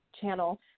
channel